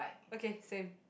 okay same